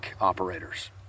operators